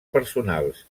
personals